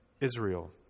Israel